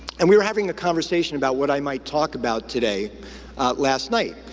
and we were having a conversation about what i might talk about today last night.